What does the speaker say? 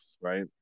right